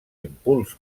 impuls